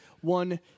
one